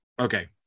Okay